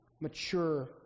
mature